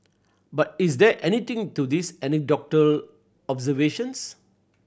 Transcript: but is there anything to these anecdotal observations